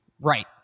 Right